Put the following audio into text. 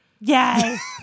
yes